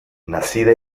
nacida